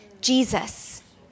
Jesus